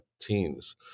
teens –